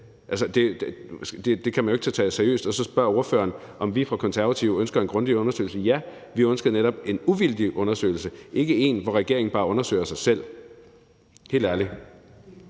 det kan man jo ikke tage seriøst. Og så spørger spørgeren, om vi fra Konservatives side ønsker en grundig undersøgelse. Ja, vi ønsker netop en uvildig undersøgelse og ikke en, hvor regeringen bare undersøger sig selv – helt ærligt.